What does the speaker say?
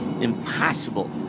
impossible